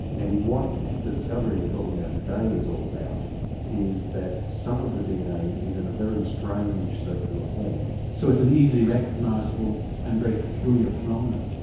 and what the discovery that we're talking about today is all about is that some of the dna is in a very strange circular form. so it's an easily recognisable and very peculiar phenomenon?